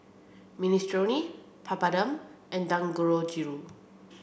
Minestrone Papadum and Dangojiru